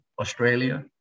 Australia